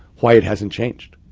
why it hasn't changed.